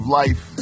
life